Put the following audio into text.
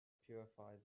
purified